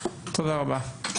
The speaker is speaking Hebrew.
תודה רבה.